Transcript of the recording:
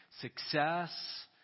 success